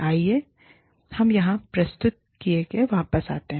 आइए हम यहाँ प्रस्तुति के लिए वापस आते हैं